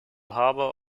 harbor